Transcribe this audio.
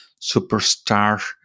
superstar